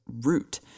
root